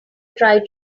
try